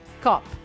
Cop